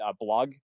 blog